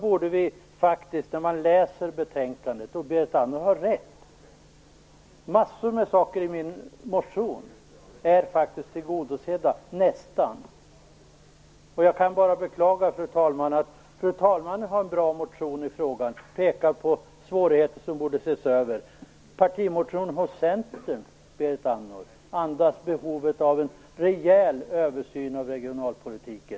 Berit Andnor har rätt i att massor med saker i min motion är tillgodosedda - i varje fall nästan. Också fru talmannen har en bra motion i den här frågan, där hon pekar på svårigheter som borde ses över. I Centerns partimotion talar man om en rejäl översyn av regionalpolitiken.